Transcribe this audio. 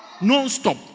Non-stop